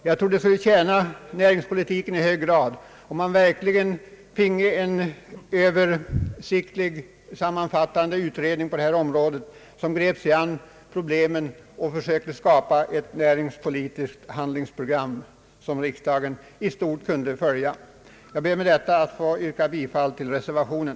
Det skulle i hög grad tjäna näringspolitiken om vi finge till stånd en översiktlig sammanfattande utredning som kunde gripa sig an med dessa problem och försöka skapa ett närings politiskt handlingsprogram som riksdagen sedan i stort kunde följa. Jag ber, herr talman, att med dessa ord få yrka bifall till reservationen.